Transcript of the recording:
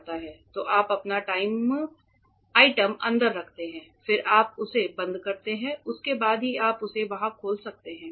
तो आप अपना आइटम अंदर रखते हैं फिर आप उसे बंद करते हैं उसके बाद ही आप उसे वहां खोल सकते हैं